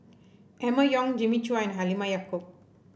Emma Yong Jimmy Chua and Halimah Yacob